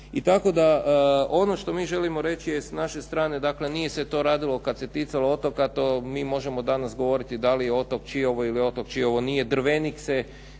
I tako da ono što mi želimo reći je s naše strane, dakle nije se to radilo kad se ticalo otoka, to mi možemo danas govoriti da li je otok Čiovo ili otok Čiovo nije …/Govornik se